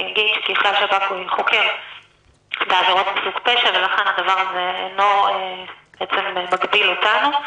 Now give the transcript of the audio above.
אני אגיד שהשב"כ חוקר בעבירות מסוג פשע ולכן הדבר הזה אינו מגביל אותנו.